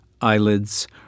eyelids